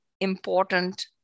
important